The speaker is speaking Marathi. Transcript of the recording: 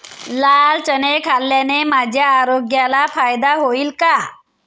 लाल चणे खाल्ल्याने माझ्या आरोग्याला फायदा होईल का?